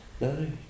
No